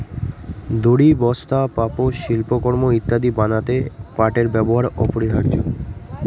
দড়ি, বস্তা, পাপোষ, শিল্পকর্ম ইত্যাদি বানাতে পাটের ব্যবহার অপরিহার্য